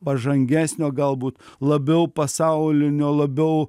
pažangesnio galbūt labiau pasaulinio labiau